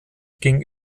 ging